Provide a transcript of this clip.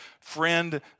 friend